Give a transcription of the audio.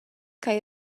ch’ei